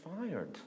fired